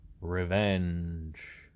revenge